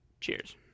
cheers